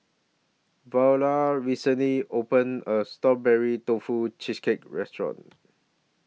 Verla recently opened A New Strawberry Tofu Cheesecake Restaurant